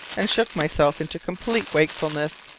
and shook myself into complete wakefulness,